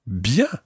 bien